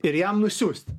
ir jam nusiųst